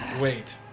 wait